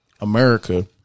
America